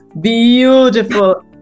beautiful